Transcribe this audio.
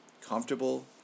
comfortable